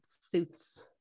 suits